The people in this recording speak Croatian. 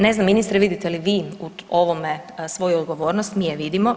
Ne znam ministre vidite li vi u ovome svoju odgovornost, mi je vidimo.